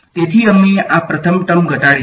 તેથી અમે આ પ્રથમ ટર્મ ઘટાડી છે